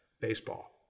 baseball